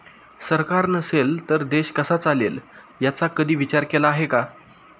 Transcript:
सरकार नसेल तर देश कसा चालेल याचा कधी विचार केला आहे का?